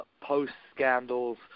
post-scandals